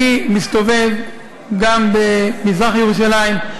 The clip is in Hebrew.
אני מסתובב גם במזרח-ירושלים,